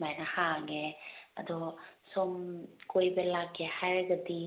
ꯁꯨꯃꯥꯏꯅ ꯍꯥꯡꯉꯦ ꯑꯗꯣ ꯁꯣꯝ ꯀꯣꯏꯕ ꯂꯥꯛꯀꯦ ꯍꯥꯏꯔꯒꯗꯤ